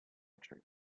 troops